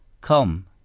come